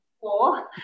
four